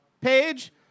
page